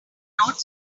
not